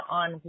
on